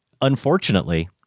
unfortunately